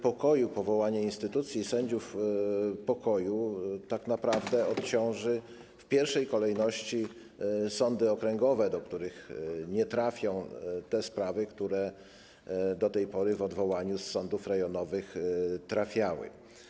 Powołanie instytucji sędziów pokoju tak naprawdę odciąży w pierwszej kolejności sądy okręgowe, do których nie trafią te sprawy, które do tej pory w wyniku odwołania z sądów rejonowych trafiały.